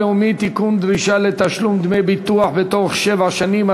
דרישה לתשלום דמי ביטוח בתוך שבע שנים),